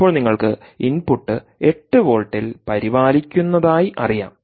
ഇപ്പോൾ നിങ്ങൾക്ക് ഇൻപുട്ട് 8 വോൾട്ടിൽ പരിപാലിക്കുന്നതായി അറിയാം